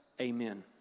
amen